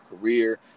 career